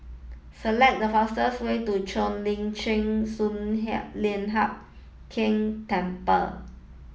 select the fastest way to Cheo Lim Chin Sun Hup Lian Hup Keng Temple